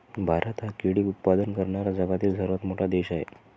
भारत हा केळी उत्पादन करणारा जगातील सर्वात मोठा देश आहे